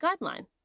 guideline